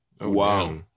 Wow